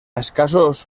escassos